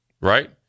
right